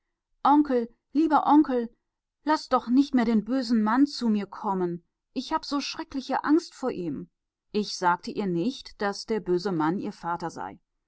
onkel lieber onkel laß doch nicht mehr den bösen mann zu mir kommen ich hab so schreckliche angst vor ihm ich sagte ihr nicht daß der böse mann ihr vater sei